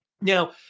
Now